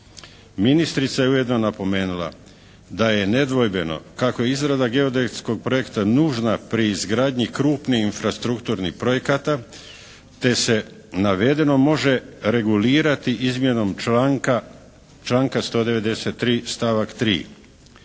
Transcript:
Ministrica je ujedno napomenula da je nedvojbeno kako je izrada geodetskog projekta nužna pri izgradnji krupnih infrastrukturnih projekata te se navedeno može regulirati izmjenom članka, članka 193., stavak 3.